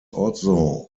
also